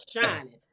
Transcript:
shining